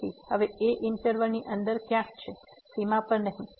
તેથી હવે a interval ની અંદર ક્યાંક છે સીમા પર નહીં